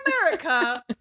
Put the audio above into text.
America